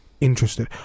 interested